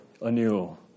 anew